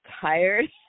tired